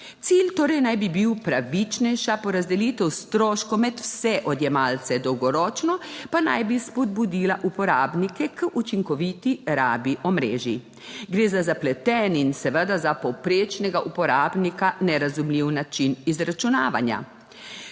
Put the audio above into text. Cilj torej naj bi bil pravičnejša porazdelitev stroškov med vse odjemalce, dolgoročno pa naj bi spodbudila uporabnike k učinkoviti rabi omrežij. Gre za zapleten in seveda za povprečnega uporabnika nerazumljiv način izračunavanja.